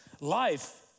Life